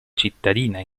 cittadina